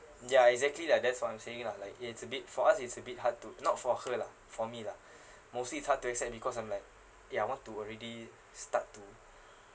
ya exactly lah that's what I'm saying lah like it's a bit for us it's a bit hard to not for her lah for me lah mostly it's hard to accept because I'm like ya want to already start to